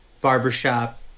Barbershop